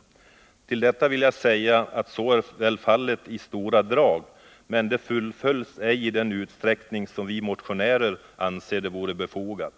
Som kommentar till detta vill jag säga att så är väl fallet i stora drag, men det fullföljs ej i den utsträckning som vi motionärer anser vore befogat.